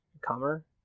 Comer